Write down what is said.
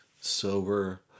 sober